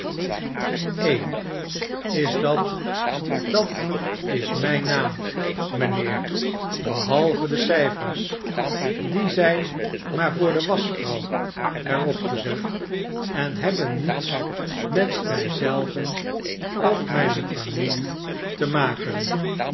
een is dat dat is mijn naam mijnheer behalve de cijfers die zijn maar voor de waschvroutf er op gezet en hebben niets met mij zelven of mijne familie te maken